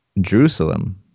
Jerusalem